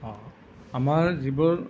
অ আমাৰ যিবোৰ